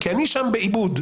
כי אני שם באיבוד,